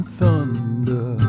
thunder